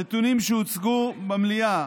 נתונים שהוצגו במליאה